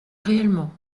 réellement